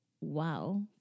wow